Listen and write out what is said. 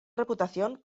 reputación